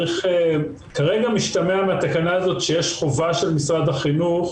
כרגע משתמע ממנה שיש חובה של משרד החינוך